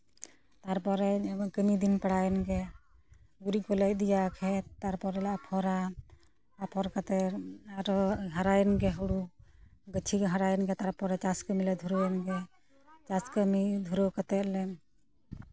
ᱛᱟᱨᱯᱚᱨᱮ ᱠᱟᱹᱢᱤ ᱫᱤᱱ ᱯᱟᱲᱟᱣ ᱮᱱ ᱜᱮ ᱜᱩᱨᱤᱡ ᱠᱚᱞᱮ ᱤᱫᱤᱭᱟ ᱠᱷᱮᱛ ᱛᱟᱨᱯᱚᱨᱮᱞᱮ ᱟᱯᱷᱚᱨᱟ ᱟᱯᱷᱚᱨ ᱠᱟᱛᱮ ᱟᱨᱚ ᱦᱟᱨᱟᱭᱮᱱᱜᱮ ᱦᱳᱲᱳ ᱜᱟᱹᱪᱷᱤ ᱠᱚ ᱦᱟᱨᱟᱭᱮᱱᱜᱮ ᱛᱟᱨᱯᱚᱨᱮ ᱪᱟᱥ ᱠᱟᱹᱢᱤᱞᱮ ᱫᱩᱨᱟᱹᱣ ᱮᱱ ᱜᱮ ᱪᱟᱥ ᱠᱟᱹᱢᱤ ᱫᱷᱩᱨᱟᱹᱣ ᱠᱟᱛᱮᱜᱞᱮ